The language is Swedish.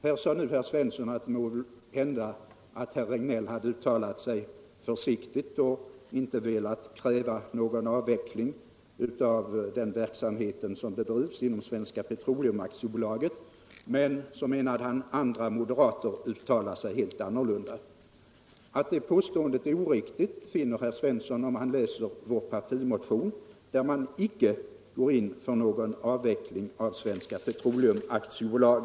Här sade nu herr Svensson att måhända hade herr Regnéll uttalat sig försiktigt och inte velat kräva någon avveckling av den verksamhet som bedrivs inom Svenska Petroleum AB. Men, tillade herr Svensson, andra moderater uttalar sig helt annorlunda. Att det påståendet är oriktigt finner herr Svensson, om han läser vår partimotion, där vi icke går in för någon avveckling av Svenska Petroleum AB.